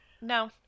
no